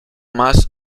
más